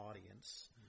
audience